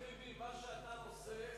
חבר הכנסת טיבי, מה שאתה עושה,